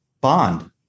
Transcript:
Bond